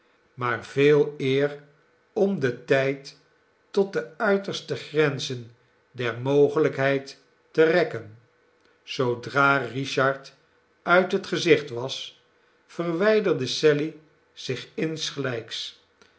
maar veeleer om den tijd tot de uiterste grenzen der mogelijkheid te rekken zoodra richard uit het gezicht was verwijderde sally zich insgelijks